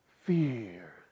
fear